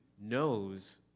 knows